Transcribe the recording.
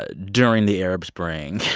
ah during the arab spring.